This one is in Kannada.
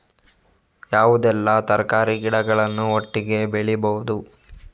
ಯಾವುದೆಲ್ಲ ತರಕಾರಿ ಗಿಡಗಳನ್ನು ಒಟ್ಟಿಗೆ ಬೆಳಿಬಹುದು?